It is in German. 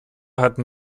hatten